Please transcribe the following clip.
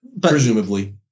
Presumably